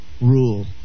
rule